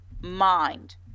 mind